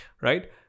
right